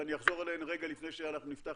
ואני אחזור עליהן רגע לפני שאנחנו נפתח